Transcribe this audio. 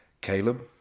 Caleb